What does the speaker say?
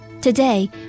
Today